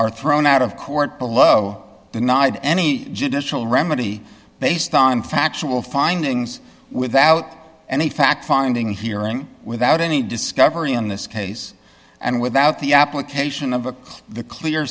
are thrown out of court below the night any judicial remedy based on facts i will findings without any fact finding hearing without any discovery in this case and without the application of a the clear